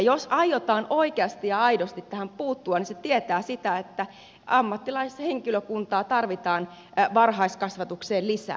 jos aiotaan oikeasti ja aidosti tähän puuttua niin se tietää sitä että ammattilaishenkilökuntaa tarvitaan varhaiskasvatukseen lisää